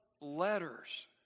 letters